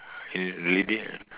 la~ lady